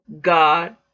God